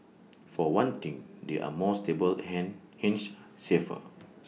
for one thing they are more stable hang hence safer